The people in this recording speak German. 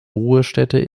ruhestätte